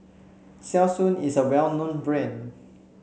Selsun is a well known brand